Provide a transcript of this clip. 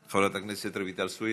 חברת הכנסת רויטל סויד,